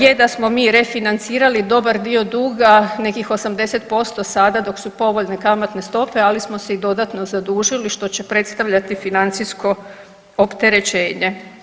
Je da smo mi refinancirali dobar dio duga nekih 80% sada dok su povoljne kamatne stope, ali smo se i dodatno zadužili, što će predstavljati financijsko opterećenje.